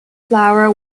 flour